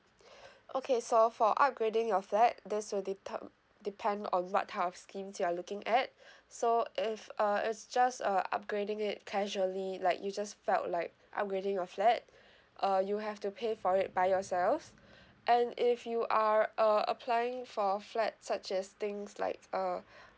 okay so for upgrading your flat this will deter~ depend on what kind of schemes you're looking at so if uh it's just a upgrading it casually like you just felt like upgrading your flat uh you have to pay for it by yourself and if you are uh applying for flat such as things like uh